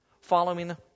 following